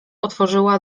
otworzyła